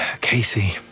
Casey